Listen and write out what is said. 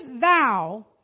thou